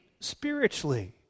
spiritually